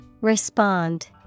Respond